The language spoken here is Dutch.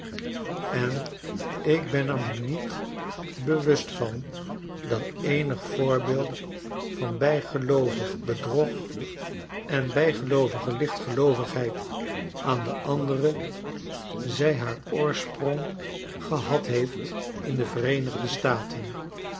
en ik ben er me niet bewust van dat eenig voorbeeld van btfgeloovig bedrog aan den eenen kant en bijgeloovige lichtgeloovigheid aan de andere zij haar oorsprong gehad heeft in de vereenigde staten